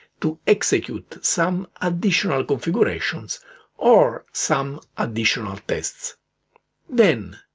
to execute some additional configurations or some additional tests then,